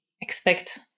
expect